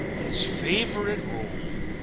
his favorite role